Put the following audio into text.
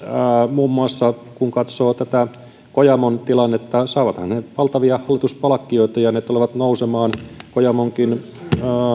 muun muassa kun katsoo tätä kojamon tilannetta valtavia hallituspalkkioita ja ne tulevat nousemaan kojamonkin